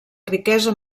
riquesa